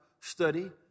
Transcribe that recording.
study